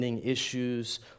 issues